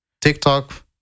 TikTok